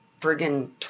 friggin